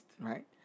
Right